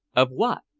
of what?